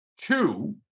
Two